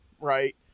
right